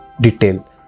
detail